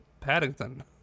Paddington